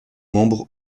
membres